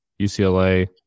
UCLA